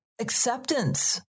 acceptance